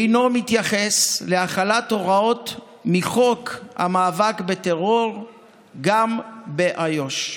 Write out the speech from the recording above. והוא מתייחס להחלת הוראות מחוק המאבק בטרור גם באיו"ש.